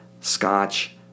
Scotch